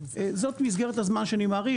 זאת מסגרת הזמן שאני מעריך,